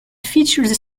features